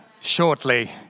shortly